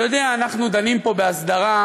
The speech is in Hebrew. אתה יודע, אנחנו דנים פה בהסדרה.